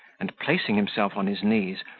and placing himself on his knees,